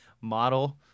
model